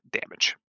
damage